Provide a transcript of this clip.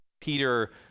Peter